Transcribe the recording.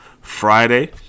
Friday